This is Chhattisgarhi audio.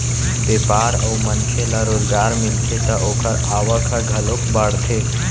बेपार अउ मनखे ल रोजगार मिलथे त ओखर आवक ह घलोक बाड़थे